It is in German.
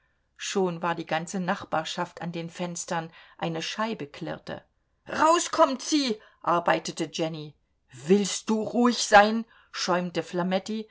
schon war die ganze nachbarschaft an den fenstern eine scheibe klirrte raus kommt sie arbeitete jenny willst du ruhig sein schäumte